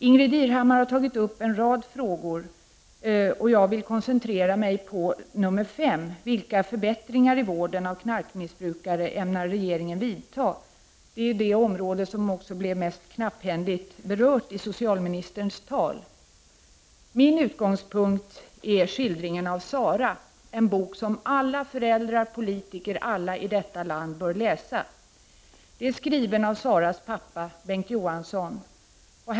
Ingbritt Irhammar har tagit upp en rad frågor. Jag skall koncentrera mig på frågan om vilka förbättringar i vården av knarkmissbrukare som regeringen ämnar vidta. Den frågan behandlades mycket knapphändigt i socialministerns svar. Min utgångspunkt är skildringen av Sara. Den är skriven av hennes pappa Bengt Johansson. Det är en bok som alla föräldrar, politiker och alla andra i detta land bör läsa.